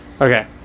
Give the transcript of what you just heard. Okay